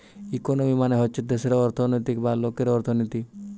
economy মানে হচ্ছে দেশের অর্থনৈতিক বা লোকের অর্থনীতি